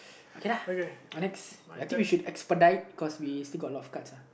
okay lah next I think we should expedite cause we still got a lot of cards uh